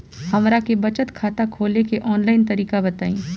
हमरा के बचत खाता खोले के आन लाइन तरीका बताईं?